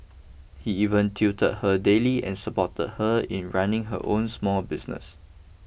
he even tutored her daily and supported her in running her own small business